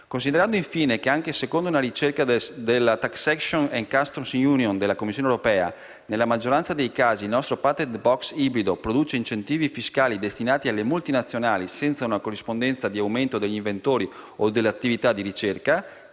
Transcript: Considerando, infine, che anche secondo una ricerca del Taxation and customs union della Commissione europea, nella maggioranza dei casi il nostro *patent box* ibrido produce incentivi fiscali destinati alle multinazionali senza una corrispondenza di aumento degli inventori o dell'attività di ricerca,